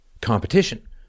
competition